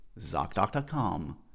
Zocdoc.com